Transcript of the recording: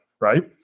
right